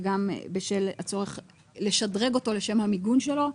וגם בשל הצורך לשדרג אותו לשם המיגון שלו,